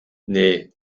nee